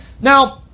Now